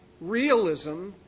Realism